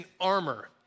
armor